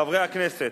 חברי הכנסת,